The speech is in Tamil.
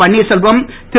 பன்னீர்செல்வம் திரு